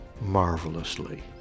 marvelously